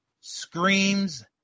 screams